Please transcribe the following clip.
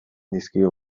dizkio